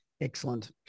Excellent